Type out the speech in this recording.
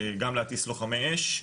גם להטיס לוחמי אש,